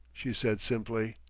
she said simply.